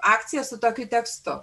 akciją su tokiu tekstu